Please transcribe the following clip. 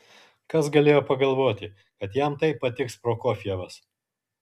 kas galėjo pagalvoti kad jam taip patiks prokofjevas